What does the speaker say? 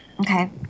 Okay